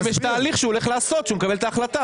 אם יש תהליך שהוא הולך לעשות כשהוא מקבל את ההחלטה?